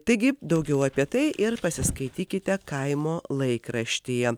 taigi daugiau apie tai ir pasiskaitykite kaimo laikraštyje